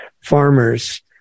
farmers